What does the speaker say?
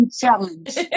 challenge